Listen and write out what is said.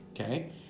okay